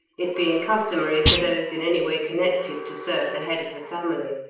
it being customary for those in any way connected to serve the head of the family.